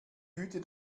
hüten